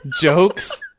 Jokes